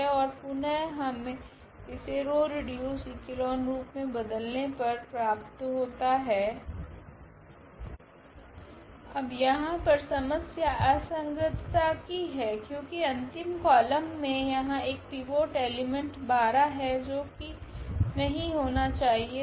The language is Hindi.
ओर पुनः हमे इसे रॉ रिड्यूसड इक्लोन रूप मे बदलने पर प्राप्त होता है अब यहाँ पर समस्या असंगतता कि है क्योकि अंतिम कॉलम मे यहाँ एक पिवोट एलीमेंट् 12 है जो कि नहीं होना चाहिए था